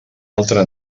altra